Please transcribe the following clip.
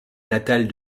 natale